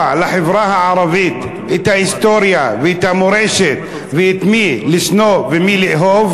לחברה הערבית את ההיסטוריה ואת המורשת ואת מי לשנוא ומי לאהוב?